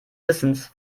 wissens